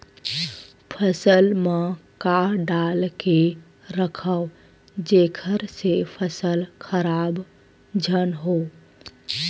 फसल म का डाल के रखव जेखर से फसल खराब झन हो?